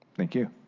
thank you.